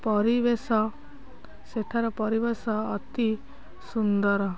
ପରିବେଶ ସେଠାର ପରିବେଶ ଅତି ସୁନ୍ଦର